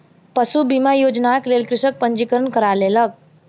पशु बीमा योजनाक लेल कृषक पंजीकरण करा लेलक